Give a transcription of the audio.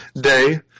day